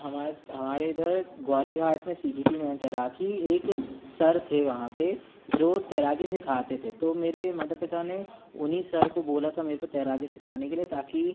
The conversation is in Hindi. हमारे हमारे इधर गौरी घाट में सीखी थी मैंने तैराकी एक सर थे वहाँ पे जो तैराकी सिखाते थे तो मेरे माता पिता ने उन्हीं सर को बोला था मेरे को तैराकी सिखाने के लिए ताकि